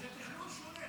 זה תכנון שונה.